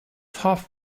half